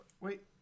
Wait